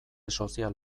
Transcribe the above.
sozial